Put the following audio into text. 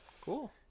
Cool